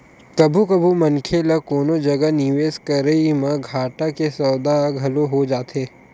कभू कभू मनखे ल कोनो जगा निवेस करई म घाटा के सौदा घलो हो जाथे